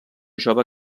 jove